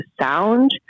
sound